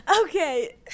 Okay